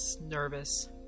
nervous